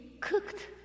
cooked